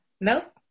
nope